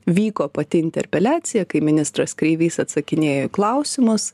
vyko pati interpeliacija kai ministras kreivys atsakinėjo į klausimus